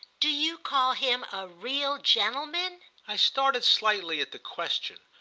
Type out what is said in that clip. do you call him a real gentleman? i started slightly at the question,